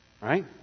Right